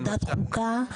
לוועדת חוקה?